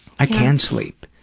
i can sleep.